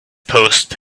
post